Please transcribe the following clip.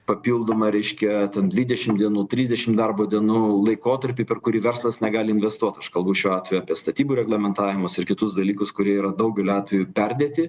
papildomą reiškia ten dvidešim dienų trisdešim darbo dienų laikotarpį per kurį verslas negali investuot aš kalbu šiuo atveju apie statybų reglamentavimus ir kitus dalykus kurie yra daugeliu atvejų perdėti